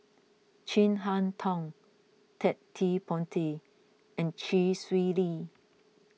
Chin Harn Tong Ted De Ponti and Chee Swee Lee